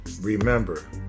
Remember